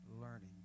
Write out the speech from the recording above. learning